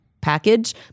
package